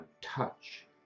touch